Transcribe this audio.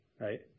right